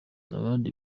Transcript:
abandi